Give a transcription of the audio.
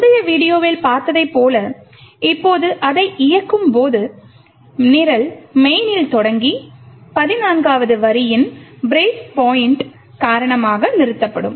முந்தைய வீடியோவில் பார்த்ததைப் போல இப்போது அதை இயக்கும்போது நிரல் main னில் தொடங்கி 14 வது வரியின் பிரேக் பாயிண்ட் காரணமாக நிறுத்தப்படும்